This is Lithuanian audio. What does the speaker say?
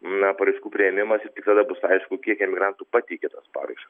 na paraiškų priėmimas ir tik tada bus aišku kiek emigrantų pateikė tas paraiškas